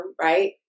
right